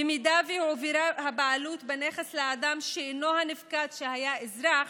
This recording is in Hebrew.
במידה שהועברה הבעלות בנכס לאדם שאינו הנפקד שהיה לאזרח,